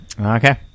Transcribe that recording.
Okay